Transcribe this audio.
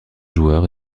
joueur